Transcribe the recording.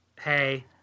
hey